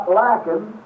lacking